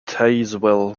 tazewell